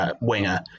winger